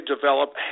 develop